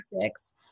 six